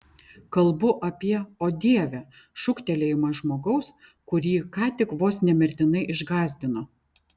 kalbu apie o dieve šūktelėjimą žmogaus kurį ką tik vos ne mirtinai išgąsdino